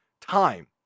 time